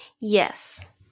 Yes